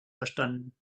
verstanden